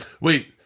Wait